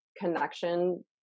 connection